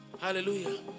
Hallelujah